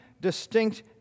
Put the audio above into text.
distinct